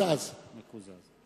אינו משתתף בהצבעה